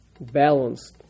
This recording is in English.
balanced